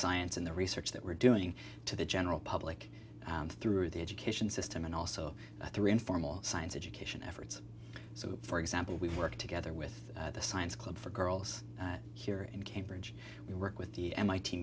science in the research that we're doing to the general public through the education system and also through informal science education efforts so for example we work together with the science club for girls here in cambridge we work with the m